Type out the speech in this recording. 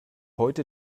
heute